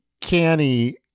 canny